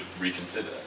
reconsider